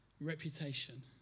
reputation